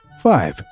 Five